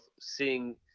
seeing